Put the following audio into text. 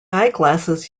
eyeglasses